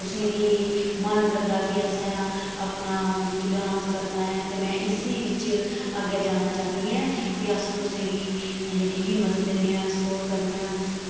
तुसेंगी मन करदा की असें अपना की में डांस करना ऐ ते में इस्सी बिच अग्गें जाना चाह्नीं ऐं ते अस तुसेंगी जेह्ड़ी हिम्मत दिन्ने आं सपोर्ट करने आं